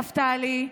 נפתלי,